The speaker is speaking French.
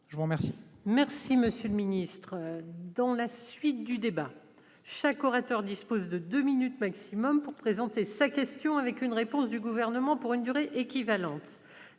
je vous remercie